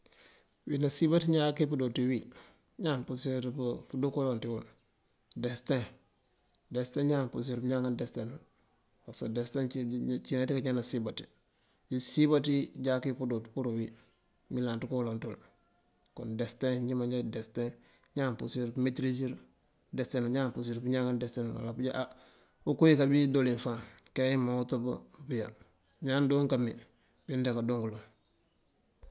Wi nasiëmbaţi ñáan kawipëdo ţiwi, ñáan purisirëţ pëdo kolan ţiwul desëteen desëteen ñáan purirëţ pëñaŋa desëteenul parsëkë desëteen cina dikañan nasiëmbaţi, wi nasiëmbaţi jaakëwi pëdo pur wi mëyëlanţ kolanţul kon desëteen. nji manja desëteen ñáan purirëţ pëmetërisir desëteenul, ñáan purirëţ pëñaŋa desëteenul wala pa pëja haah ukowi kadidolin faan keyan mawët pëya ñáan don kame biţa kado ngëlon.